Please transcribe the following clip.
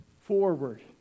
forward